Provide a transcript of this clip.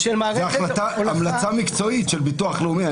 זה המלצה מקצועית של ביטוח לאומי.